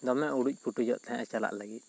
ᱫᱚᱢᱮ ᱩᱲᱩᱡ ᱯᱩᱴᱩᱡᱚᱜ ᱛᱟᱦᱮᱸᱜᱼᱟ ᱪᱟᱞᱟᱜ ᱞᱟᱹᱜᱤᱫ